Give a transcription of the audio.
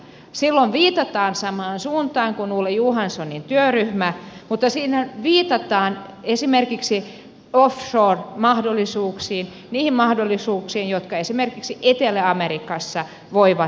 silloin viitataan samaan suuntaan kuin ole johanssonin työryhmä mutta siinä viitataan esimerkiksi offshore mahdollisuuksiin niihin mahdollisuuksiin jotka esimerkiksi etelä amerikassa voivat avautua